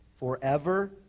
Forever